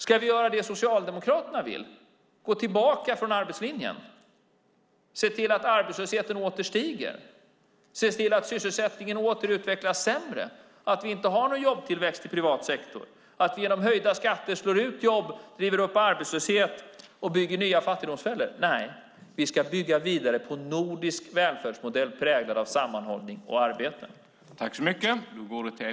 Ska vi göra det Socialdemokraterna vill, gå från arbetslinjen, se till att arbetslösheten åter stiger, se till att sysselsättningen åter utvecklas sämre, att vi inte har någon jobbtillväxt i privat sektor, att vi genom höjda skatter slår ut jobb, driver upp arbetslöshet och bygger nya fattigdomsfällor? Nej, vi ska bygga vidare på nordisk välfärdsmodell präglad av sammanhållning och arbete.